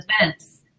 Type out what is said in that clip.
events